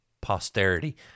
posterity